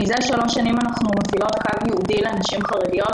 מזה שלוש שנים אנחנו מפעילות קו ייעודי לנשים חרדיות,